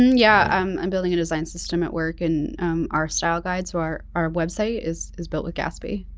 yeah i'm building a design system at work and our style guides or our website is is built with gatsby.